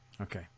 Okay